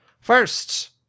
First